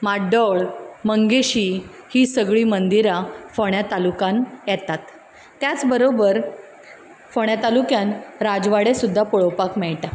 माड्डोळ मंगेशी ही सगळीं मंदिरा फोंड्या तालुक्यांत येतात त्याच बरोबर फोंड्या तालुक्यांत राजवाडे सुद्दां पळोवपाक मेळटात